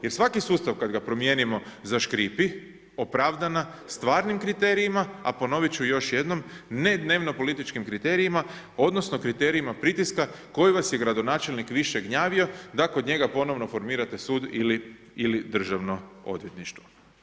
Jer svaki sustav kada ga promijenimo zaškripi opravdana stvarnim kriterijima, a ponovit ću još jednom ne dnevno-političkim kriterijima odnosno kriterijima pritiska koji vas je gradonačelnik više gnjavio da kod njega ponovno formirate sud ili državno odvjetništvo.